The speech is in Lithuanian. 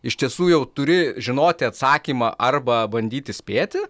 iš tiesų jau turi žinoti atsakymą arba bandyti spėti